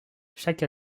chaque